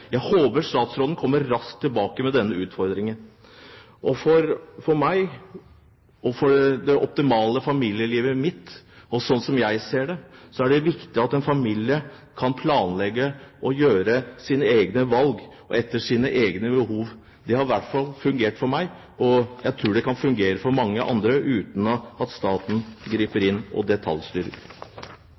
Jeg håper statsråden kommer raskt tilbake med denne utfordringen. For meg, og for et optimalt familieliv – slik som jeg ser det – er det viktig at en familie kan planlegge å gjøre sine egne valg, etter sine egne behov. Det har i hvert fall fungert for meg, og jeg tror det kan fungere for mange andre – uten at staten griper inn og detaljstyrer.